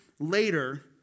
Later